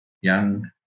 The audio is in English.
young